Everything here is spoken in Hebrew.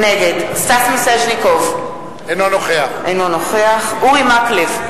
נגד סטס מיסז'ניקוב, אינו נוכח אורי מקלב,